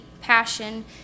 passion